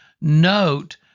note